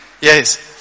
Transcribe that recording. Yes